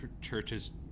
churches